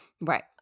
right